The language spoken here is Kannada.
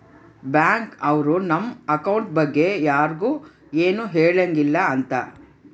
ಬ್ಯಾಂಕ್ ನವ್ರು ನಮ್ ಅಕೌಂಟ್ ಬಗ್ಗೆ ಯರ್ಗು ಎನು ಹೆಳಂಗಿಲ್ಲ ಅಂತ